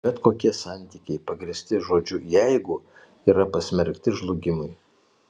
bet kokie santykiai pagrįsti žodžiu jeigu yra pasmerkti žlugimui